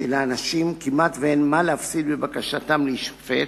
שלאנשים כמעט אין מה להפסיד בבקשתם להישפט,